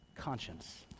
conscience